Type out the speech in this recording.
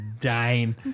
dying